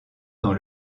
dans